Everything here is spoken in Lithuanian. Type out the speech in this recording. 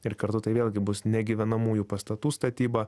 ir kartu tai vėlgi bus ne gyvenamųjų pastatų statyba